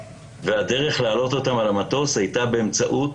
והדרך להעלות אותם על המטוס הייתה באמצעות